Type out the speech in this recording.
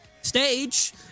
Stage